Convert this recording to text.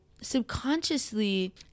subconsciously